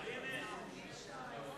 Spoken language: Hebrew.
לוועדה שתקבע ועדת הכנסת נתקבלה.